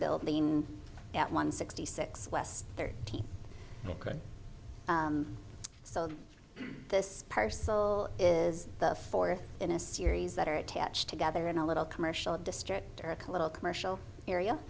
building at one sixty six west thirteenth so this parcel is the fourth in a series that are attached together in a little commercial district or a colossal commercial area